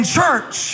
church